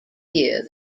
year